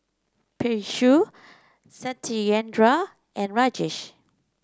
Peyush Satyendra and Rajesh